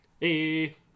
hey